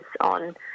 on